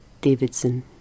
Davidson